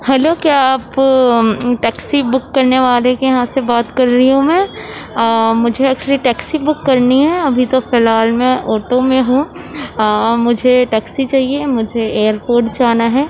hello کیا آپ taxi book کرنے والے کے یہاں سے بات کر رہی ہوں میں مجھے ایکچولی ٹیکسی بک کرنی ہے ابھی تو فی الحال میں آٹو میں ہوں مجھے ٹیکسی چاہیے مجھے ایئر پورٹ جانا ہے